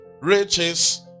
riches